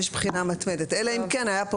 שם יש בחינה מתמדת אלא אם כן היה כאן